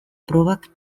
probak